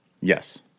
Yes